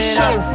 Show